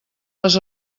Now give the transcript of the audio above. les